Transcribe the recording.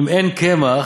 אם אין קמח,